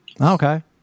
Okay